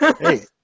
Hey